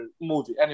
movie